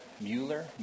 Mueller